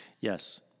Yes